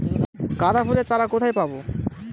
গাঁদা ফুলের চারা কোথায় পাবো?